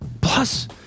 Plus